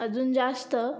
अजून जास्त